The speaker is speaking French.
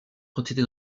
quantités